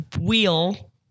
wheel